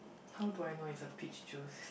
how do I know it's a peach juice